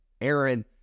Aaron